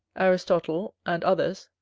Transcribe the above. aristotle, and others,